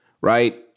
Right